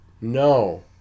no